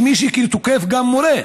כמו שמי שתוקף גם מורה,